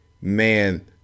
man